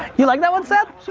you like that one, seth?